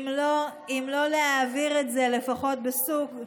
זה תלוי בכם.